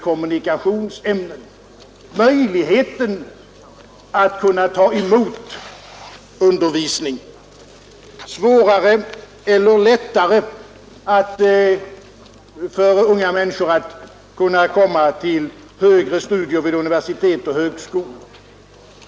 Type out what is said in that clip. Kommunikationsämnen är alltså ämnen som förbättrar unga människors möjligheter att tillgodogöra sig undervisning vid universitet och högskolor.